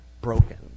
broken